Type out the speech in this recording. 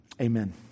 amen